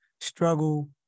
struggle